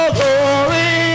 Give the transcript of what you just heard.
glory